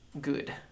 Good